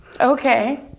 Okay